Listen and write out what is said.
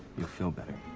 you'll feel better.